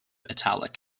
italic